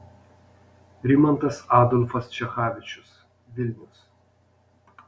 rimantas adolfas čechavičius vilnius